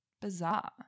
Bizarre